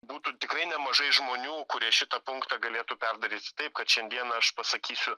būtų tikrai nemažai žmonių kurie šitą punktą galėtų perdaryt taip kad šiandieną aš pasakysiu